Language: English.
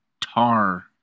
tar